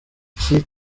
iki